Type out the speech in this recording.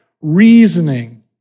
reasoning